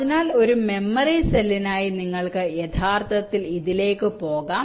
അതിനാൽ ഒരു മെമ്മറി സെല്ലിനായി നിങ്ങൾക്ക് യഥാർത്ഥത്തിൽ ഇതിലേക്ക് പോകാം